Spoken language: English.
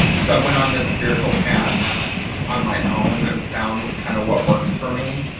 so i went on this spiritual path on my own and found kind of what works for me.